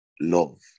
Love